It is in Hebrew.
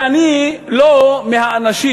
ואני לא מהאנשים,